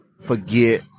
forget